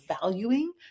valuing